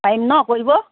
পাৰিম ন' কৰিব